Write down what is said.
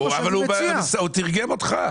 הוא מתרגם אותך.